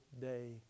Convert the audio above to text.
day